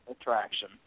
attraction